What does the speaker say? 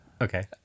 okay